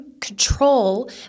control